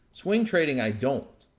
swing trading, i don't,